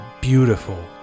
beautiful